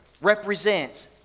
represents